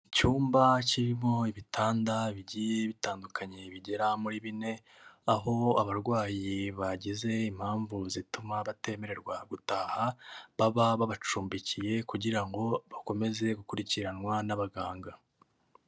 Icyumba kirimo ibitanda bigiye bitandukanye bigera muri bine, aho abarwayi bagize impamvu zituma batemererwa gutaha, baba babacumbikiye kugira ngo bakomeze gukurikiranwa n'abaganga.